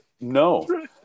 no